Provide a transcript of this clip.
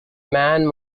man